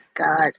god